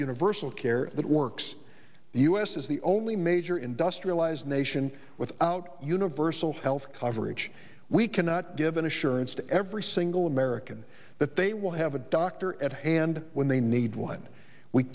universal care that works the u s is the only major industrialized nation without universal health coverage we cannot give an assurance to every single american that they will have a doctor at hand when they need one we